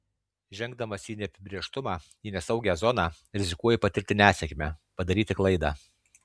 žengdamas į neapibrėžtumą į nesaugią zoną rizikuoji patirti nesėkmę padaryti klaidą